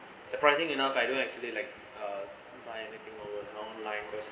surprising enough I don't actually like uh my everything over the long line because